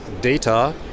data